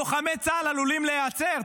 לוחמי צה"ל עלולים להיעצר.